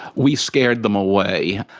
we scared them away.